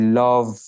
love